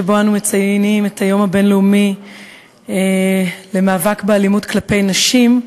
שבו אנו מציינים את היום הבין-לאומי למאבק באלימות כלפי נשים,